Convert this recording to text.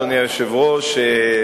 אדוני היושב-ראש,